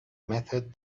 method